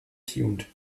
tuned